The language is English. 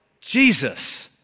Jesus